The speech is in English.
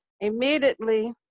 Immediately